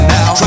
now